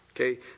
Okay